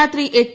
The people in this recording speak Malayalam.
രാത്രി ട്ട്